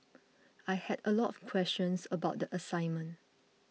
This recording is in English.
I had a lot questions about the assignment